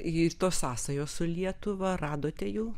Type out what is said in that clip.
ir tos sąsajos su lietuva radote jų